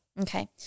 Okay